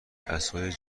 عصای